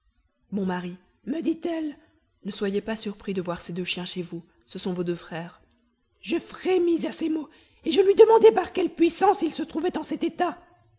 mon mari me dit-elle ne soyez pas surpris de voir ces deux chiens chez vous ce sont vos deux frères je frémis à ces mots et je lui demandai par quelle puissance ils se trouvaient en cet état